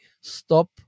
stop